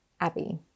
Abby